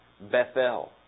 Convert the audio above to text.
Bethel